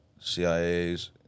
CIAs